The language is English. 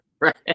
Right